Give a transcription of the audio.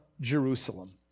Jerusalem